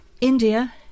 India